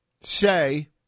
say